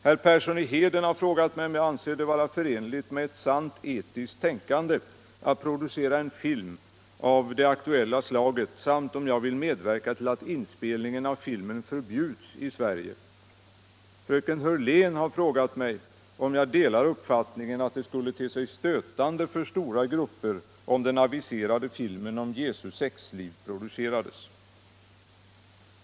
Herr Persson i Heden har frågat mig om jag anser det vara förenligt med ett sant etiskt tänkande att producera en film av det aktuella slaget samt om jag vill medverka till att inspelningen av filmen förbjuds i Sverige. Fröken Hörlén har frågat mig om jag delar uppfattningen att det skulle te sig stötande för stora grupper om den aviserade filmen om Jesu sexliv producerades.